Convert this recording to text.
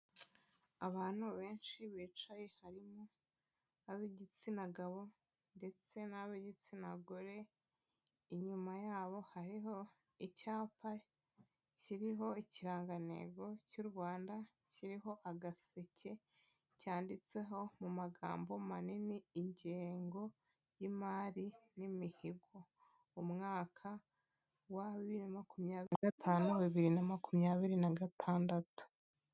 Abantu benshi bicaye harimo ab'igitsina gabo ndetse n'ab'igitsina gore, inyuma yabo hariho icyapa kiriho ikirangantego cy'u Rwanda kiriho agaseke, cyanditseho mu magambo manini ingengo y'imari n'imihigo mu mwaka wa bibiri na makumyabiri gatanu bibiri na makumyabiri na gatandatu.